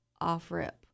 off-rip